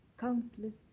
countless